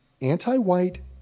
anti-white